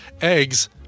Eggs